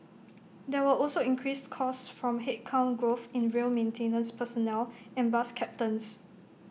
there were also increased costs from headcount growth in rail maintenance personnel and bus captains